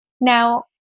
Now